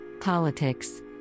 Politics